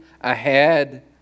ahead